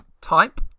type